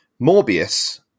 Morbius